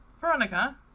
Veronica